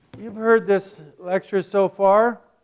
you've heard this lecture so far,